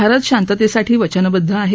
भारत शांततसीठी वचनबद्ध आहा